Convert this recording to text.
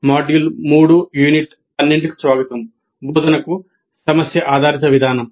module 3 unit 12 కు స్వాగతం బోధనకు సమస్య ఆధారిత విధానం